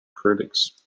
critics